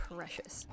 Precious